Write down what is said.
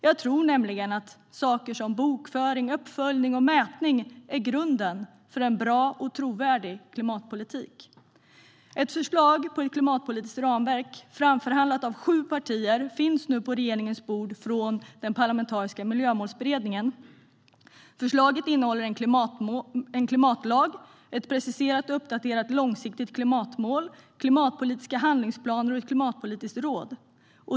Jag tror nämligen att saker som bokföring, uppföljning och mätning är grunden för en bra och trovärdig klimatpolitik. Ett förslag på ett klimatpolitiskt ramverk, framförhandlat av sju partier, finns nu på regeringens bord från den parlamentariska Miljömålsberedningen. Förslaget innehåller en klimatlag, ett preciserat uppdaterat långsiktigt klimatmål, klimatpolitiska handlingsplaner och ett klimatpolitiskt råd.